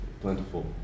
plentiful